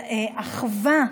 על אחווה,